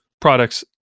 products